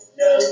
no